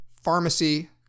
pharmacy